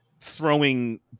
throwing